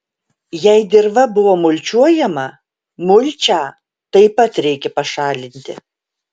jei dirva buvo mulčiuojama mulčią taip pat reikia pašalinti